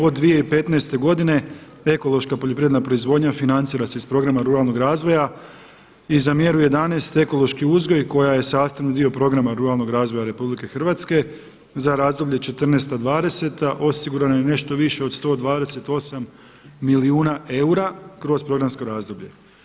Od 2015. ekološka poljoprivredna proizvodnja financira se iz programa Ruralnog razvoja i za mjeru 11 Ekološki uzgoj koji je sastavni dio programa Ruralnog razvoja RH za razdoblje 2014.-2020. osigurano je nešto više od 128 milijuna eura kroz programsko razdoblje.